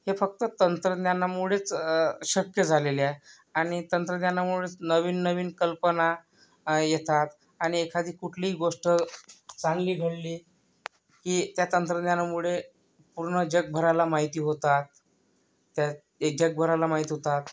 हे फक्त तंत्रज्ञानामुळेच शक्य झालेले आहे आणि तंत्रज्ञानामुळेच नवीन नवीन कल्पना येतात आणि एखादी कुठली गोष्ट चांगली घडली की त्या तंत्रज्ञानामुळे पूर्ण जगभराला माहिती होतात त्या जगभराला महिती होतात